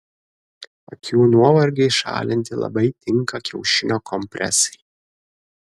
akių nuovargiui šalinti labai tinka kiaušinio kompresai